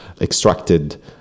Extracted